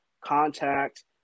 contact